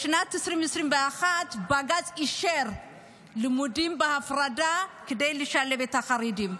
בשנת 2021 בג"ץ אישר לימודים בהפרדה כדי לשלב את החרדים.